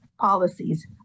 policies